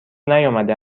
نیامده